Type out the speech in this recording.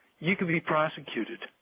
you could be prosecuted.